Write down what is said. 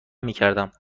میکردم